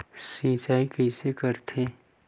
सिंचाई कइसे करथे?